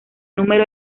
número